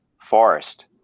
forest